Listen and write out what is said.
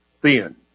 thin